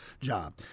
job